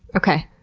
okay.